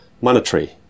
monetary